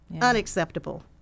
unacceptable